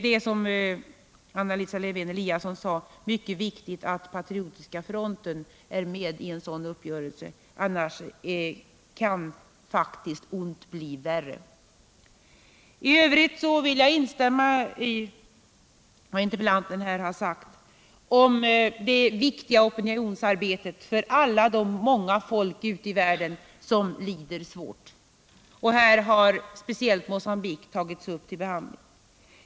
Det är, som Anna Lisa Lewén Eliasson sade, mycket viktigt att Patriotiska fronten är med i en sådan uppgörelse — annars kan faktiskt ont bli värre. I övrigt vill jag instämma i vad interpellanten sagt om det viktiga opinionsarbetet för alla de många folk ute i världen som lider svårt. Här har speciellt Mogambique tagits upp till behandling.